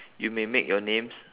you may make your names